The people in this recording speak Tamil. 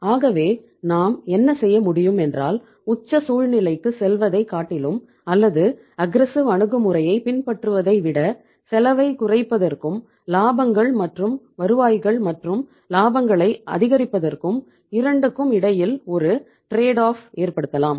ஆகவே நாம் என்ன செய்ய முடியும் என்றால் உச்ச சூழ்நிலைக்குச் செல்வதைக் காட்டிலும் அல்லது அஃகிரெஸ்ஸிவ் ஏற்படுத்தலாம்